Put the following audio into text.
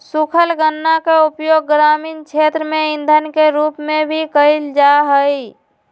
सूखल गन्ना के उपयोग ग्रामीण क्षेत्र में इंधन के रूप में भी कइल जाहई